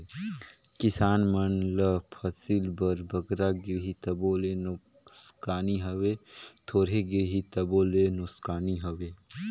किसान मन ल फसिल बर बगरा गिरही तबो ले नोसकानी हवे, थोरहें गिरही तबो ले नोसकानी हवे